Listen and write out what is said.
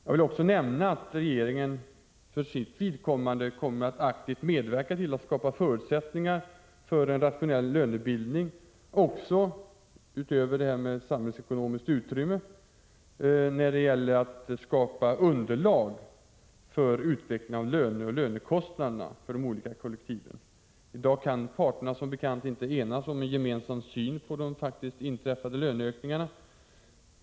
Jag vill också nämna att regeringen kommer att aktivt medverka till att skapa förutsättningar för en rationell lönebildning utöver det här med samhällsekonomiskt utrymme, nämligen i form av ett underlag för utvärdering av löner och lönekostnader för de olika kollektiven. I dag kan parterna som bekant inte enas om en gemensam syn på de faktiskt inträffade löneökningarna.